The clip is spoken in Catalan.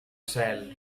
cel